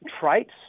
traits